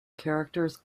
characters